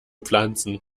pflanzen